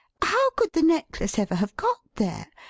how could the necklace ever have got there?